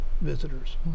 visitors